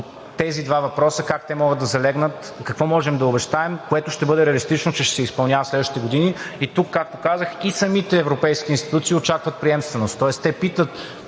тези два въпроса – как те могат да залегнат, какво можем да обещаем, което ще бъде реалистично, че ще се изпълнява в следващите години. Тук, както казах, и самите европейски институции очакват приемственост, тоест те питат